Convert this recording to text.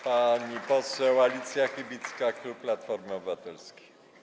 Pani poseł Alicja Chybicka, klub Platformy Obywatelskiej.